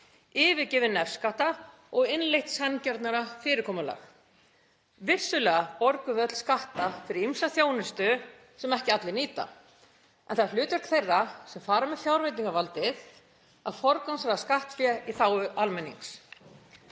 yfirgefið nefskatta og innleitt sanngjarnara fyrirkomulag. Vissulega borgum við öll skatta fyrir ýmsa þjónustu sem ekki allir nýta. En það er hlutverk þeirra sem fara með fjárveitingavaldið að forgangsraða skattfé í þágu almennings.